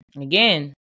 again